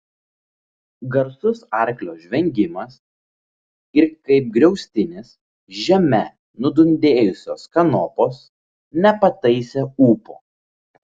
garsus arklio žvengimas ir kaip griaustinis žeme nudundėjusios kanopos nepataisė ūpo